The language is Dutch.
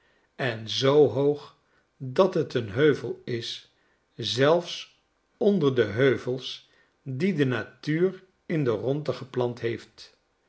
en zoo hoog dat het eenheuvel is zelfs onder deheuvels die de natuur in de rondte geplant heeft